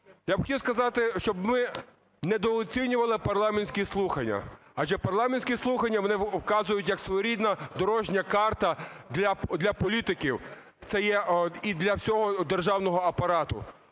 Я б хотів сказати, щоб ми недооцінювали парламентські слухання. Адже парламентські слухання вони вказують, як своєрідна дорожня карта, для політиків, це є і для всього державного апарату.